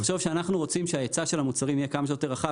תחשוב שאנחנו רוצים שההיצע של המוצרים יהיה כמה שיותר רחב.